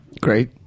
Great